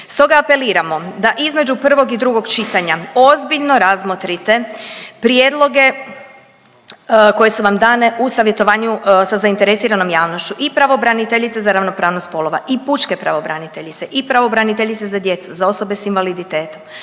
Stoga apeliramo, da između prvog i drugog čitanja ozbiljno razmotrite prijedloge koje su vam dane u savjetovanju sa zainteresiranom javnošću i pravobraniteljice za ravnopravnost spolova i pučke pravobraniteljice i pravobraniteljice za djecu, za osobe s invaliditetom,